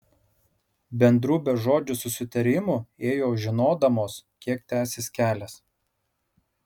bendru bežodžiu susitarimu ėjo žinodamos kiek tęsis kelias